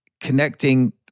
connecting